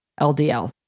LDL